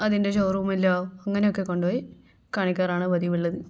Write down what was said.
അതിൻ്റെ ഷോറൂമിലോ അങ്ങനെയൊക്കെ കൊണ്ടുപോയി കാണിക്കാറാണ് പതിവുള്ളത്